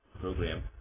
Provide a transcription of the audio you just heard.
program